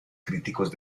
críticos